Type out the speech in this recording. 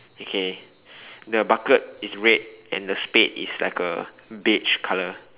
okay the bucket is red and the spade is like a beige colour